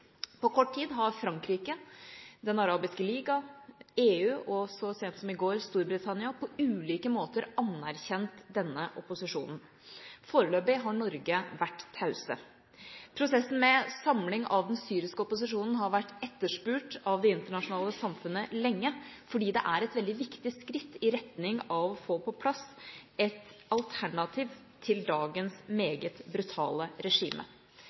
På kort tid har Frankrike, Den arabiske liga, EU og – så sent som i går – Storbritannia på ulike måter anerkjent denne opposisjonen. Foreløpig har Norge vært taus. Prosessen med en samling av den syriske opposisjonen har vært etterspurt av det internasjonale samfunnet lenge, fordi det er et veldig viktig skritt i retning av å få på plass et alternativ til dagens meget brutale regime.